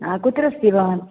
कुत्र अस्ति भवान्